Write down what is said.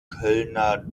kölner